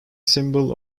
symbol